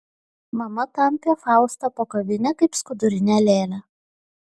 mama tampė faustą po kavinę kaip skudurinę lėlę